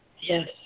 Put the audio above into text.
Yes